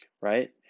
right